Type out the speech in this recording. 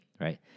right